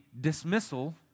dismissal